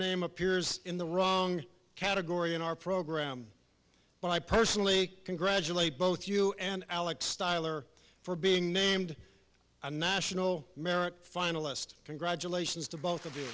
name appears in the wrong category in our program but i personally congratulate both you and alex tyler for being named a national merit finalist congratulations to both